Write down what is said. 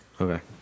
Okay